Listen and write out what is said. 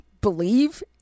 believe